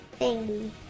thingy